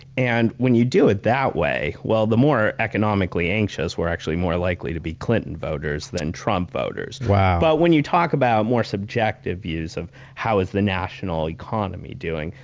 and when you do it that way, the more economically anxious were actually more likely to be clinton voters than trump voters. wow. but when you talk about more subjective views of how is the national economy doing,